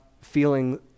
feeling